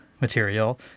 material